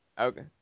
Okay